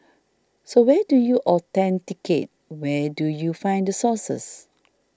so where do you authenticate where do you find the sources